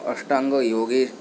अष्टाङ्गयोगे